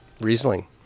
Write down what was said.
Riesling